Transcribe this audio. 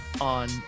on